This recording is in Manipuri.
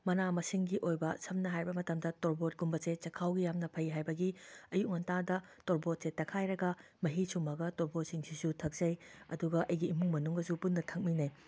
ꯃꯅꯥ ꯃꯁꯤꯡꯒꯤ ꯑꯣꯏꯕ ꯁꯝꯅ ꯍꯥꯏꯔꯕ ꯃꯇꯝꯗ ꯇꯣꯔꯕꯣꯠꯀꯨꯝꯕꯁꯦ ꯆꯥꯛꯈꯥꯎꯒꯤ ꯌꯥꯝꯅ ꯐꯩ ꯍꯥꯏꯕꯒꯤ ꯑꯌꯨꯛ ꯉꯟꯇꯥꯗ ꯇꯣꯔꯕꯣꯠꯁꯦ ꯇꯛꯈꯥꯏꯔꯒ ꯃꯍꯤ ꯁꯨꯝꯃꯒ ꯇꯣꯔꯕꯣꯠꯁꯤꯡꯁꯤꯁꯨ ꯊꯛꯆꯩ ꯑꯗꯨꯒ ꯑꯩꯒꯤ ꯏꯃꯨꯡ ꯃꯅꯨꯡꯒꯁꯨ ꯄꯨꯟꯅ ꯊꯛꯃꯤꯟꯅꯩ